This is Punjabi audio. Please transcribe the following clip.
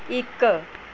ਇੱਕ